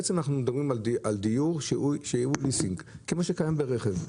בעצם אנחנו מדברים על דיור שהוא ליסינג כמו שקיים ברכב.